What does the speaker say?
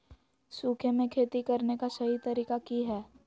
सूखे में खेती करने का सही तरीका की हैय?